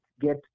get